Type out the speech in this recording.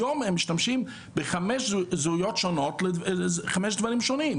היום הם משתמשים בחמש זהויות שונות לחמישה דברי שונים,